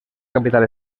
capital